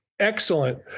Excellent